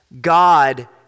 God